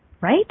right